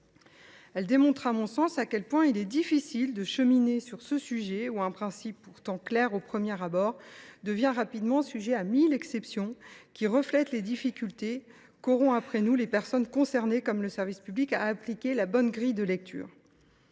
Elles démontrent à mon sens à quel point il est difficile d’avancer sur ce sujet, quand un principe pourtant clair au premier abord devient rapidement sujet à mille exceptions, qui reflètent les difficultés qu’auront après nous les personnes et les services publics chargés d’appliquer la bonne grille de lecture.